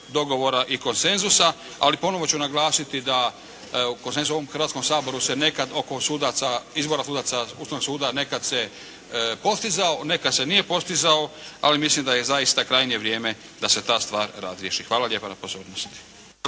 dogovora i konsenzusa. Ali ponovo ću naglasiti da konsenzusom se u ovom Hrvatskom saboru se nekad oko sudaca, izboru sudaca Ustavnog sudaca nekad se postizao, nekad se nije postizao. Ali mislim da je zaista krajnje vrijeme da se ta stvar razriješi. Hvala lijepa na pozornosti.